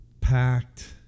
packed